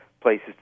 places